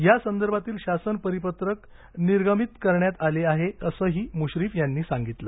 यासंदर्भातील शासन परिपत्रक निर्गमित करण्यात आले आहे असंही मुश्रीफ यांनी सांगितले